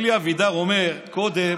אלי אבידר אמר קודם,